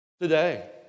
Today